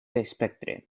espectre